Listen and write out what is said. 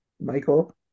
Michael